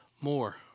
more